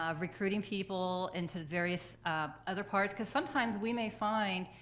um recruiting people into various other parts, cause sometimes we may find,